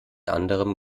anderem